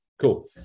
Cool